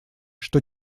что